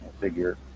figure